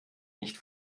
nicht